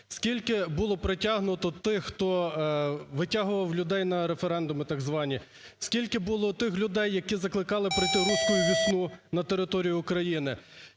Скільки було притягнуто тих, хто витягував людей на референдуми так звані? Скільки було тих людей, які закликали про ту "Русскую весну" на території України?